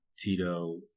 Tito